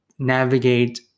Navigate